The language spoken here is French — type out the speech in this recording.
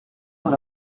dans